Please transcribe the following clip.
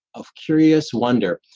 of curious wonder,